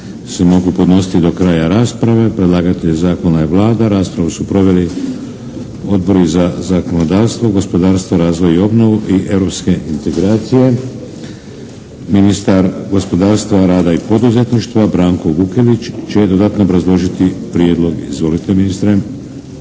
se mogu podnositi do kraja rasprave. Predlagatelj zakona je Vlada. Raspravu su proveli Odbor za zakonodavstvo, gospodarstvo, razvoj i obnovu i europske integracije. Ministar gospodarstva, rada i poduzetništva, Branko Vukelić će dodatno obrazložiti prijedlog. Izvolite ministre.